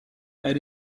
elle